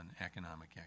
economic